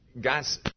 guys